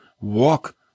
walk